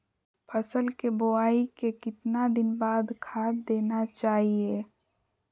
फसल के बोआई के कितना दिन बाद खाद देना चाइए?